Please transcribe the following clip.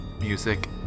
Music